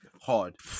Hard